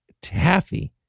Taffy